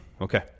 Okay